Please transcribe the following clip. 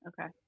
Okay